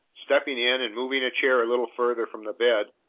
stepping in and moving a chair a little farther from the bed,